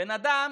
בן אדם